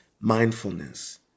mindfulness